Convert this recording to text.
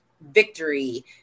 Victory